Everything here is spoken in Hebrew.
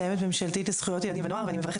מתאמת ממשלתית לזכויות ילדים ונוער ואני מברכת